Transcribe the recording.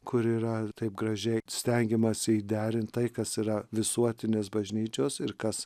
kur yra taip gražiai stengiamasi įderint tai kas yra visuotinės bažnyčios ir kas